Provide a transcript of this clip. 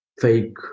fake